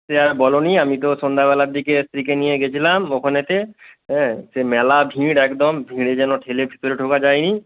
বলো নি আমি তো সন্ধ্যাবেলার দিকে স্ত্রীকে নিয়ে গেছিলাম ওখানেতে আ্যঁ সে মেলা ভিড় একদম ভিড়ে যেন ঠেলে ভিতরে ঢোকা যায় নি